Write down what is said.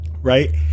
Right